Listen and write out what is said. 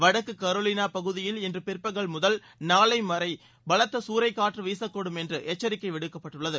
வடக்கு கரோலினா பகுதியில் இன்று பிற்பகல் முதல் நாளை வரை பலத்த சூறைக்காற்று வீசக்கூடும் என்று எச்சரிக்கை விடுக்கப்பட்டுள்ளது